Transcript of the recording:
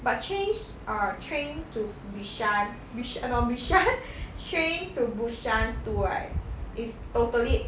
but change ah train to bishan bish~ ah no bishan train to busan two right is totally